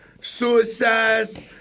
suicides